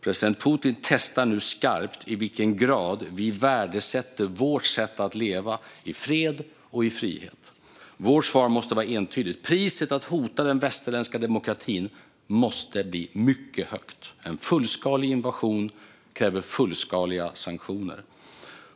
President Putin testar nu skarpt i vilken grad vi värdesätter vårt sätt att leva i fred och i frihet. Vårt svar måste vara entydigt. Priset för att hota den västerländska demokratin måste bli mycket högt. En fullskalig invasion kräver fullskaliga sanktioner.